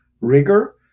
rigor